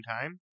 time